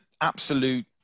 absolute